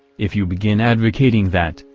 if you begin advocating that,